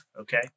okay